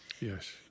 yes